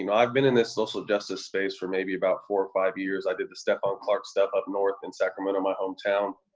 and i've been in this social justice space for maybe about four or five years. i did the stephon clark stuff up north in sacramento, my hometown.